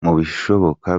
bishoboka